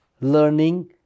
learning